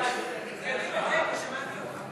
21, מאת חבר הכנסת מיקי רוזנטל,